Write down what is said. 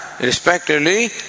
respectively